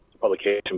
publication